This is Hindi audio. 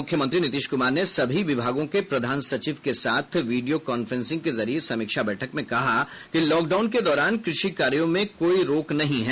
मुख्यमंत्री नीतीश कुमार ने सभी विभागों के प्रधान सचिव के साथ वीडियोकांफ्रेंसिंग के जरिए समीक्षा बैठक में कहा कि लॉक डाउन के दौरान कृषि कार्यो में कोई रोक नहीं है